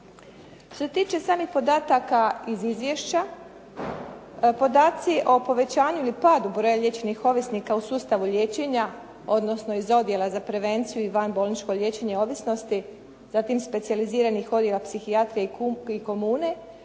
Što se tiče samih podataka iz izvješća, podaci o povećanju ili padu broja liječenih ovisnika u sustavu liječenja, odnosno iz odjela za prevenciju i vanbolničko liječenje ovisnosti, zatim specijaliziranih odjela psihijatrije i komune,